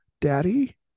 daddy